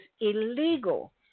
illegal